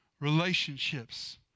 relationships